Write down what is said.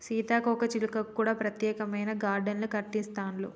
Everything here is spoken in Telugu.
సీతాకోక చిలుకలకు కూడా ప్రత్యేకమైన గార్డెన్లు కట్టిస్తాండ్లు